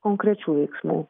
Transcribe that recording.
konkrečių veiksmų